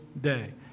day